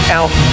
out